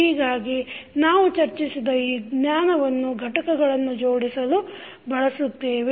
ಹೀಗಾಗಿ ನಾವು ಚರ್ಚಿಸಿದ ಈ ಜ್ಞಾನವನ್ನು ಘಟಕಗಳನ್ನು ಜೋಡಿಸಲು ಬಳಸುತ್ತೇವೆ